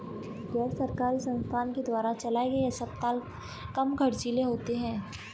गैर सरकारी संस्थान के द्वारा चलाये गए अस्पताल कम ख़र्चीले होते हैं